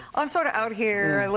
i'm sort of out here, and